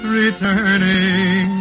returning